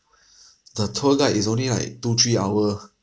the tour guide is only like two three hour